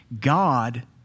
God